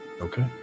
Okay